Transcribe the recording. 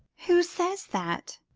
who says that?